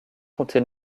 comptait